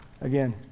again